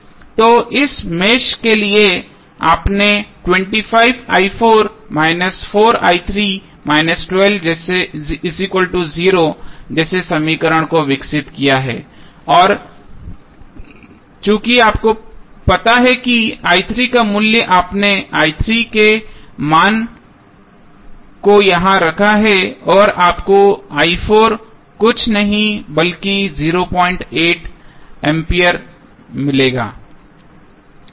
तो इस मेष के लिए आपने जैसे समीकरण को विकसित किया है और चूंकि आपको पता है कि का मूल्य आपने के मान को यहां रखा है और आपको कुछ नहीं बल्कि 08 एम्पीयर मिलेगा